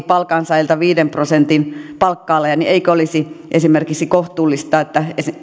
palkansaajilta viiden prosentin palkka alea joten eikö olisi esimerkiksi kohtuullista että